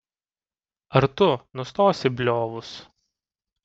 ar tu nustosi bliovus